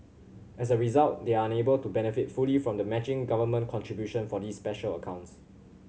as a result they are unable to benefit fully from the matching government contribution for these special accounts